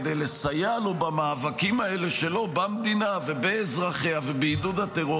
כדי לסייע לו במאבקים האלה שלו במדינה ובאזרחיה ובעידוד הטרור,